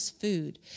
food